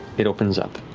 it opens up.